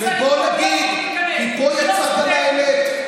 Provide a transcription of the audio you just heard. ובוא נגיד, כי פה יצאה גם האמת.